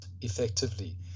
effectively